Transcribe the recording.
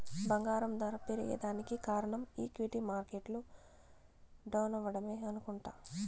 బంగారం దర పెరగేదానికి కారనం ఈక్విటీ మార్కెట్లు డౌనవ్వడమే అనుకుంట